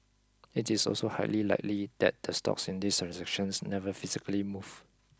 it is also highly likely that the stocks in these transactions never physically moved